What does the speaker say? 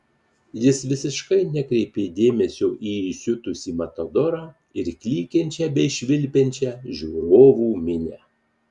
jis visiškai nekreipė dėmesio į įsiutusį matadorą ir klykiančią bei švilpiančią žiūrovų minią